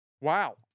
Wow